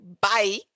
bye